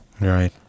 Right